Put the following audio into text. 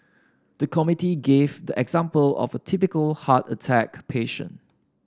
the committee gave the example of a typical heart attack patient